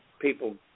people